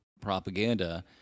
propaganda